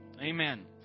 Amen